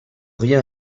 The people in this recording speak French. rien